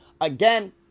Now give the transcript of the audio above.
Again